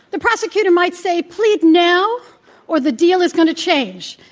the prosecutor might say, plead now or the deal is going to change.